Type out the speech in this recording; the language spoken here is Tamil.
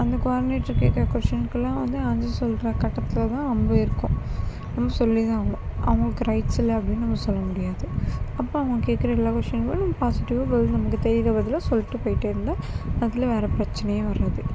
அந்த குவாடினேட்டர் கேக்கிற கொஷினுக்குலாம் வந்து ஆன்சர் சொல்கிற கட்டத்தில் தான் நம்ம இருக்கோம் நம்ம சொல்லி தான் ஆகணும் அவங்களுக்கு ரைட்ஸ் இல்லை அப்படின்னு நம்ம சொல்ல முடியாது அப்போ அவங்க கேக்கிற எல்லா கொஷினுக்கும் நம்ம பாசிட்டிவாக பதில் நமக்கு தெரிகிற பதிலை சொல்லிட்டு போய்ட்டேருந்தா அதில் வேற பிரச்சனையே வராது